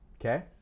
okay